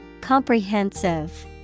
Comprehensive